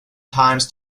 times